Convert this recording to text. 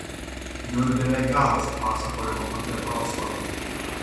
jau ir beveik galas pasakojimo apie vroclavą